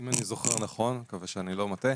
אם אני זוכר נכון אני מקווה שאני לא מטעה